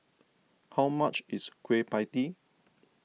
how much is Kueh Pie Tee